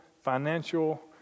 financial